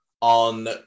on